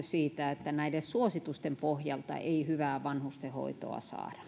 siitä että näiden suositusten pohjalta ei hyvää vanhustenhoitoa saada